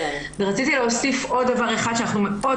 ורציתי להוסיף עוד דבר אחד שאנחנו מאוד